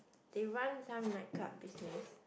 they run some nightclub business